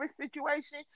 situation